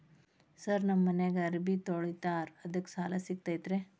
Sir ನಮ್ಮ ಮನ್ಯಾಗ ಅರಬಿ ತೊಳಿತಾರ ಅದಕ್ಕೆ ಸಾಲ ಸಿಗತೈತ ರಿ?